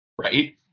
right